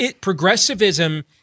progressivism